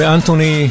Anthony